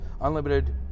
unlimited